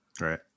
Right